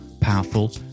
powerful